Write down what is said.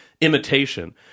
imitation